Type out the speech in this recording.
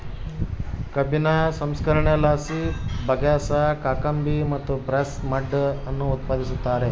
ಕಬ್ಬಿನ ಸಂಸ್ಕರಣೆಲಾಸಿ ಬಗ್ಯಾಸ್, ಕಾಕಂಬಿ ಮತ್ತು ಪ್ರೆಸ್ ಮಡ್ ಅನ್ನು ಉತ್ಪಾದಿಸುತ್ತಾರೆ